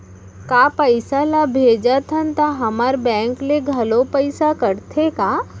का पइसा ला भेजथन त हमर बैंक ले घलो पइसा कटथे का?